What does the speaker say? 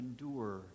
endure